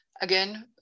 again